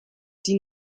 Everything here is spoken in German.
die